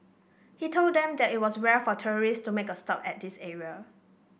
he told them that it was rare for tourist to make a stop at this area